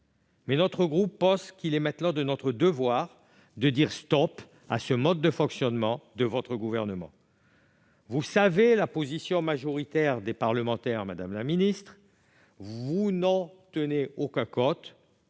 mais notre groupe pense qu'il est désormais de son devoir de dire « stop » au mode de fonctionnement du Gouvernement. Vous connaissez la position majoritaire des parlementaires, madame la ministre, mais vous n'en tenez aucun compte.